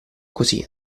così